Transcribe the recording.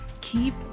Keep